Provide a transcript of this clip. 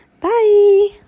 Bye